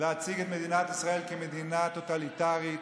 להציג את מדינת ישראל כמדינה טוטליטרית,